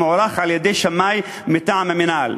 המוערך על-ידי שמאי מטעם המינהל.